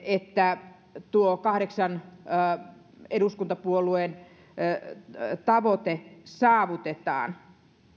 että tuo kahdeksan eduskuntapuolueen tavoite saavutetaan